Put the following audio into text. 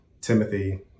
Timothy